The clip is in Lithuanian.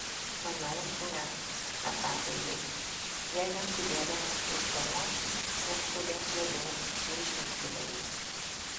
manau ne atsakė jis jei neskubėdamas jus paruošiu neskaudės labiau nei žnybtelėjus